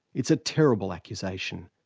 it's a terrible accusation,